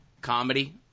comedy